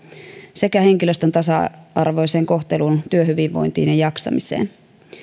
sekä henkilöstön tasa arvoiseen kohteluun työhyvinvointiin ja jaksamiseen